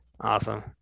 Awesome